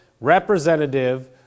representative